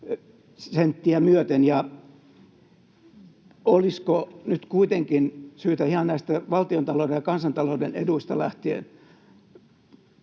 senttiä myöten. Olisiko nyt kuitenkin ihan näistä valtiontalouden ja kansantalouden eduista lähtien